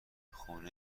خونه